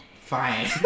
Fine